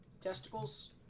testicles